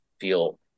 feel